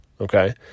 Okay